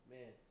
Man